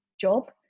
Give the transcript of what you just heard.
job